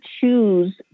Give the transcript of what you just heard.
choose